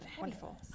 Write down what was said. Wonderful